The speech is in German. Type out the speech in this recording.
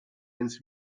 eines